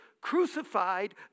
crucified